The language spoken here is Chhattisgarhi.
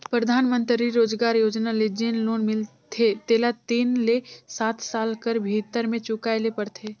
परधानमंतरी रोजगार योजना ले जेन लोन मिलथे तेला तीन ले सात साल कर भीतर में चुकाए ले परथे